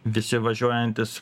visi važiuojantys